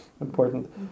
Important